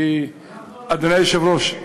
אדוני היושב-ראש,